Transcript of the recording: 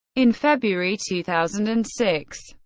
in february two thousand and six,